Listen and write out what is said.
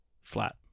flat